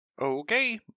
Okay